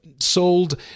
sold